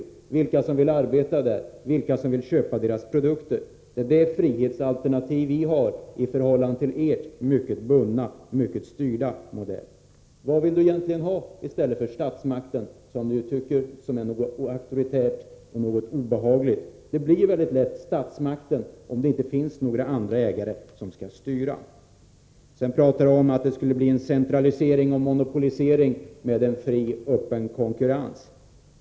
Det avgörande är vilka som vill arbeta där och vilka som vill köpa deras produkter. Det är detta frihetsalternativ som vi har, i stället för er mycket bundna och styrda modell. Vad vill Jörn Svensson egentligen ha i stället för statsmakten, som han tydligen tycker är någonting auktoritärt och obehagligt? Det blir mycket lätt statsmakten som styr om det inte finns några andra ägare. Jörn Svensson talade om att det skulle bli en centralisering och monopolisering med en fri och öppen konkurrens.